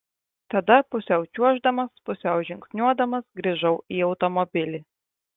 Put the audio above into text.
tada pusiau čiuoždamas pusiau žingsniuodamas grįžau į automobilį